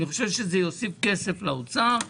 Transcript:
אני חושב שזה יוסיף כסף לאוצר,